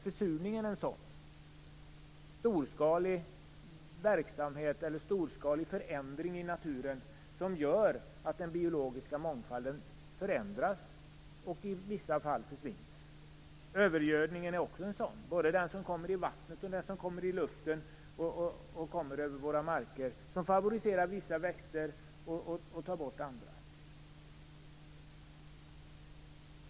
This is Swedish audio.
Försurningen är en sådan storskalig förändring i naturen som gör att den biologiska mångfalden förändras och i vissa fall försvinner. Övergödningen är också en sådan förändring, både den som kommer genom vattnet och den som kommer genom luften över våra marker. Den favoriserar vissa växter och tar bort andra.